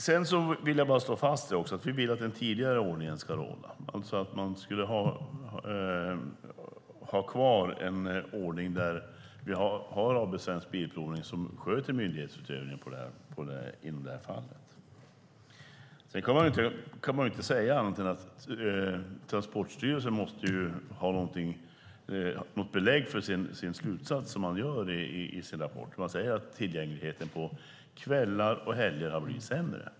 Jag vill också slå fast att vi vill att den tidigare ordningen ska råda, alltså att man ska ha kvar en ordning där AB Svensk Bilprovning sköter myndighetsutövningen i det här fallet. Transportstyrelsen måste ju ha något belägg för den slutsats man kommer till i sin rapport, där man säger att tillgängligheten på kvällar och helger har blivit sämre.